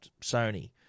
Sony